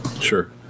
Sure